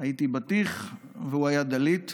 הייתי בטיח, והוא היה דליד.